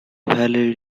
valley